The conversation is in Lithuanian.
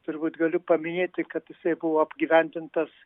turbūt galiu paminėti kad jisai buvo apgyvendintas